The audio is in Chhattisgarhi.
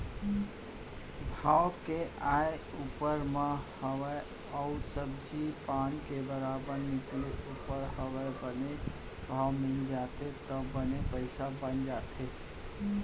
भाव के आय ऊपर म हवय अउ सब्जी पान के बरोबर निकले ऊपर हवय बने भाव मिल जाथे त बने पइसा बन जाथे